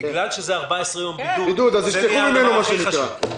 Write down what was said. בגלל שזה 14 יום בידוד, זה נהיה הדבר הכי חשוב.